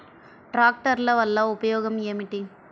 ట్రాక్టర్ల వల్ల ఉపయోగం ఏమిటీ?